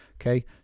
Okay